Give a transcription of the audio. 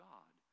God